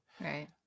Right